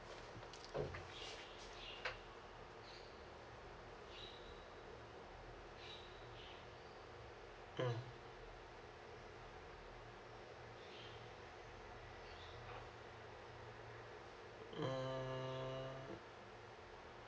mm mm